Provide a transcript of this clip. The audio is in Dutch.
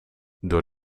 door